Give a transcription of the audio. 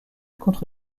contre